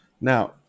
Now